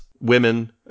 women